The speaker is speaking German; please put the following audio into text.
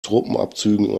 truppenabzügen